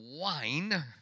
wine